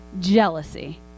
Jealousy